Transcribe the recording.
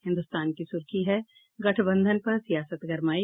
हिन्दुस्तान की सुर्खी है गठबंधन पर सियासत गरमाई